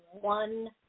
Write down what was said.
one